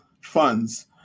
funds